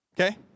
Okay